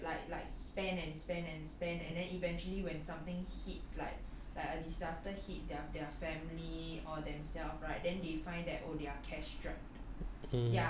and not just like like spend and spend and spend and then eventually when something hits like like a disaster hit their their family or themself right then they find that oh they are cash strapped